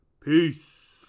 peace